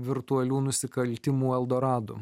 virtualių nusikaltimų eldoradu